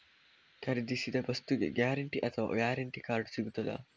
ಖರೀದಿಸಿದ ವಸ್ತುಗೆ ಗ್ಯಾರಂಟಿ ಅಥವಾ ವ್ಯಾರಂಟಿ ಕಾರ್ಡ್ ಸಿಕ್ತಾದ?